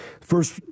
First